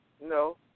No